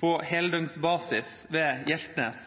på heldøgnsbasis ved Hjeltnes.